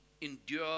endure